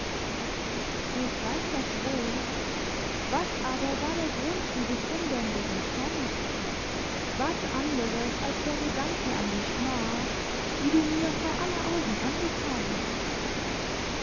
ich weiß das wohl was aber war der grund dieses unbändigen zornes was anderes als der gedanke an die schmach die du mir vor aller augen angetan hattest